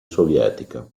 sovietica